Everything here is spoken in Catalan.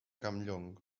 campllong